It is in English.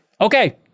Okay